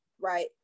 right